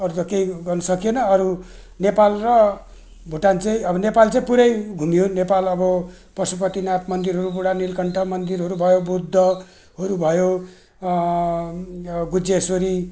अरू त केही गर्नु सकिएन अरू नेपाल र भुटान चाहिँ अब नेपाल चाहिँ पुरै घुमियो नेपाल अब पशुपतिनाथ मन्दिरहरू बुढा नीलकण्ठ मन्दिरहरू भयो बौद्धहरू भयो गुहेश्वरी